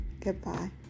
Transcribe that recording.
goodbye